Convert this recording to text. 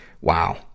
Wow